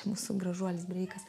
mūsų gražuolis breikas